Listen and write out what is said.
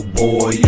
boy